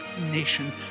nation